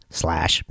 slash